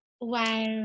Wow